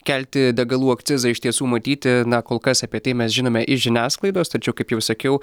kelti degalų akcizą iš tiesų matyti na kol kas apie tai mes žinome iš žiniasklaidos tačiau kaip jau sakiau